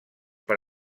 per